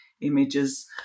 images